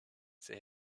sie